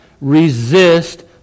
resist